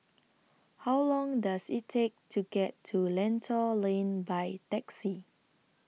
How Long Does IT Take to get to Lentor Lane By Taxi